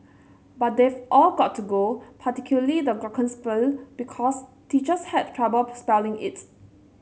but they've all got to go particularly the glockenspiel because teachers had troubling spelling it